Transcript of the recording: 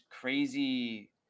crazy